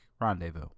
Rendezvous